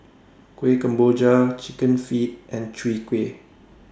Kuih Kemboja Chicken Feet and Chwee Kueh